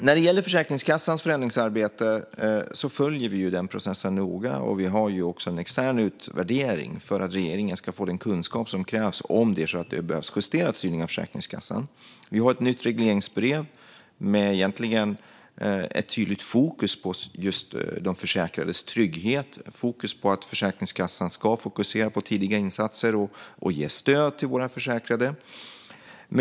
När det gäller Försäkringskassans förändringsarbete följer vi den processen noga, och vi har också en extern utvärdering för att regeringen ska få den kunskap som krävs, om styrningen av Försäkringskassan behöver justeras. Vi har ett nytt regleringsbrev med ett tydligt fokus på de försäkrades trygghet och på att Försäkringskassan ska fokusera på tidiga insatser och ge stöd till våra försäkrade.